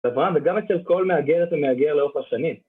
אברהם, וגם אצל כל מהגרת ומהגר לאורך השנים.